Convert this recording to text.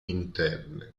interne